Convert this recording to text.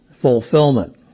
fulfillment